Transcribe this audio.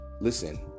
listen